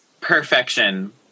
Perfection